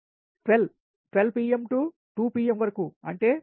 12 pm to 2 pm వరకుఅంటే 2 గంటలు 1